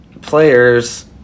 players